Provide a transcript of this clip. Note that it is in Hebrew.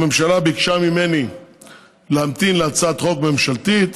הממשלה ביקשה ממני להמתין להצעת חוק ממשלתית,